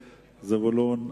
הכנסת.